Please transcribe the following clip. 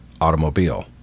automobile